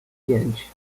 pięć